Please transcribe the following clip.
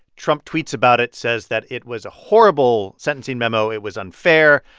trump tweets about it, says that it was a horrible sentencing memo, it was unfair.